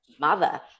mother